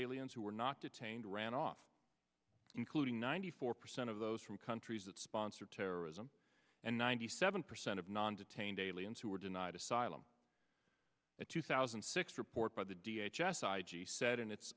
aliens who were not detained ran off including ninety four percent of those from countries that sponsor terrorism and ninety seven percent of non detained aliens who were denied asylum the two thousand and six report by the